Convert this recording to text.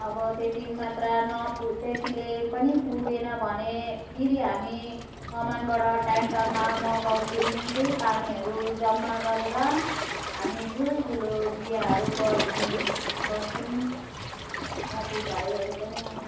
अब त्यति मात्र नपु त्यतिले पनि पुगेन भने फेरि हामी कमानबाट ट्याक्टरमा मगाउँछौँ त्यही पानीहरू जम्मा गरेर हामी ठुल्ठुलो बिहाहरू गर्छौँ गर्छौँ साथी भाइहरू पनि आउँछन्